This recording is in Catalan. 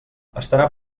estarà